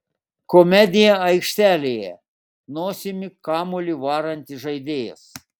komedija aikštelėje nosimi kamuolį varantis žaidėjas